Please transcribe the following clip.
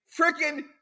freaking